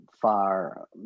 far